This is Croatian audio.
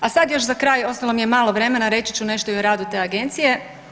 A sada još za kraj, ostalo mi je malo vremena, reći ću nešto i o radu te Agencije.